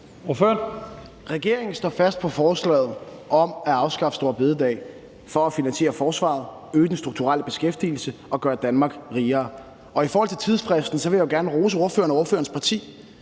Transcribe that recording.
Regeringen står fast på forslaget om at afskaffe store bededag for at finansiere forsvaret, øge den strukturelle beskæftigelse og gøre Danmark rigere. I forhold til tidsfristen vil jeg gerne rose ordføreren og ordførerens parti.